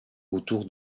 autour